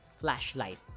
flashlight